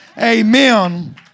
Amen